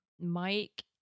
mike